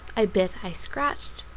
i bit, i scratched,